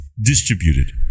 distributed